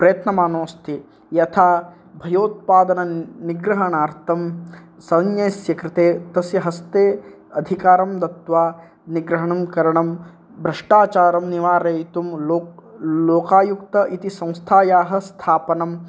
प्रयत्नमानोऽस्ति यथा भयोत्पादननिग्रहणार्तं सैन्यस्य कृते तस्य हस्ते अधिकारं दत्वा निग्रहणं करणं ब्रष्टाचारं निवारयितुं लोक् लोकायुक्त इति संस्थायाः स्थापनं